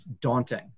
daunting